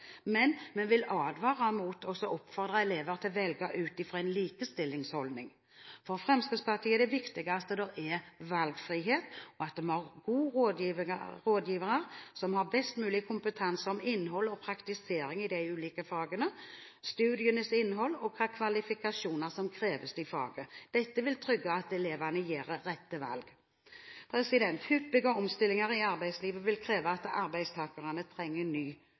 men vi vil advare mot å oppfordre elever å velge ut fra en likestillingsholdning. For Fremskrittspartiet er det viktigste at det er valgfrihet, og at vi har gode rådgivere som har best mulig kompetanse om innhold og praktisering i de ulike fagene, studienes innhold og hvilke kvalifikasjoner som kreves i fagene. Dette vil trygge at elevene gjør rette valg. Hyppige omstillinger i arbeidslivet vil kreve at arbeidstakerne trenger ny